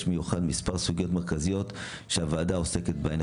מיוחד במספר סוגיות מרכזיות שהוועדה עוסקת בהן.